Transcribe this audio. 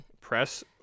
press